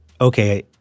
okay